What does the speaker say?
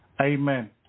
amen